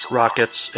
rockets